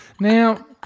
Now